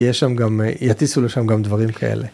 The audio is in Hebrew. יש שם גם, יטיסו לשם גם דברים כאלה.